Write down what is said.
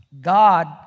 God